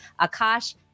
Akash